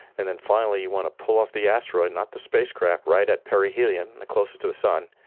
and then finally you want to pull off the asteroid, not the spacecraft, right at perihelion, the closest to the sun,